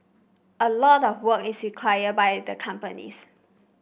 a lot of work is required by the companies